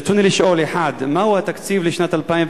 ברצוני לשאול: 1. מהו התקציב לשנת 2011